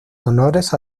honores